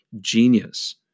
genius